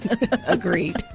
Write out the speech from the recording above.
Agreed